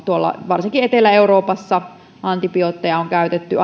tuolla etelä euroopassa antibiootteja on käytetty